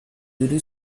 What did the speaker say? voodoo